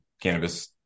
cannabis